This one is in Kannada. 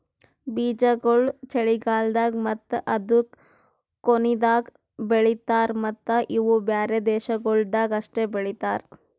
ಬೀಜಾಗೋಳ್ ಚಳಿಗಾಲ್ದಾಗ್ ಮತ್ತ ಅದೂರು ಕೊನಿದಾಗ್ ಬೆಳಿತಾರ್ ಮತ್ತ ಇವು ಬ್ಯಾರೆ ದೇಶಗೊಳ್ದಾಗ್ ಅಷ್ಟೆ ಬೆಳಿತಾರ್